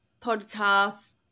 podcasts